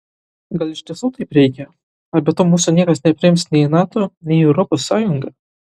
gal iš tiesų taip reikia gal be to mūsų niekas nepriims nei į nato nei į europos sąjungą